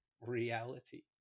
reality